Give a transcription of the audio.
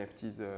NFTs